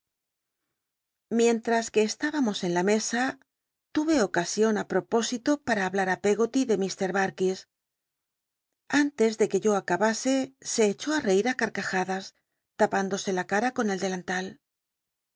c ue esuíbamos en la mesa tuve ocasion ósito para hablar ti pcggoly de mr barkis rí pr'oi antes de que yo acabase se echó á reir ti carcajadas tapándose la cara con el delantal